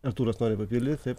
artūras nori papildyt taip